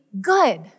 good